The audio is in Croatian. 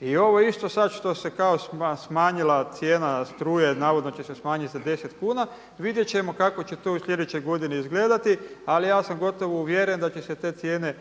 I ovo isto sad što se kao smanjila cijena struje, navodno će se smanjiti za 10 kuna, vidjeti ćemo kako će to u sljedećoj godini izgledati ali ja sam gotovo uvjeren da će se te cijene